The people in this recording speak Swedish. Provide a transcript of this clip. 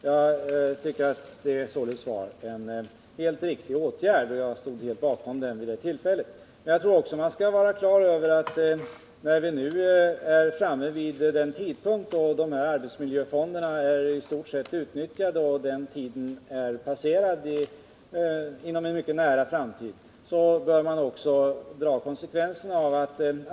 Det var enligt min uppfattning en riktig åtgärd och jag stod helt bakom den vid det tillfället. Men när vi nu är framme vid den tidpunkt då dessa arbetsmiljöfonder i stort sett är utnyttjade — tiden är passerad inom en mycket nära framtid — bör vi hålla fast vid likställdheten.